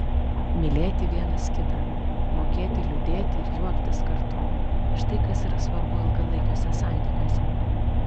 mylėti vienas kitą mokėti liūdėti ir juoktis kartu štai kas yra svarbu ilgalaikiuose santykiuose